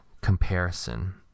comparison